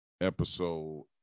episode